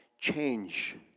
change